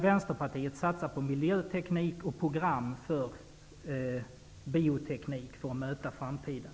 Vänsterpartiet vill satsa på miljöteknik och program för bioteknik, för att möta framtiden.